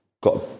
got